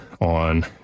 on